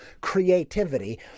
creativity